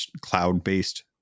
cloud-based